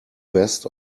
best